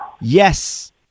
Yes